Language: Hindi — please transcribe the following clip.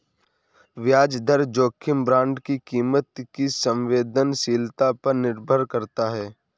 ब्याज दर जोखिम बांड की कीमत की संवेदनशीलता पर निर्भर करता है